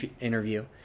interview